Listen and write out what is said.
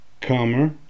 calmer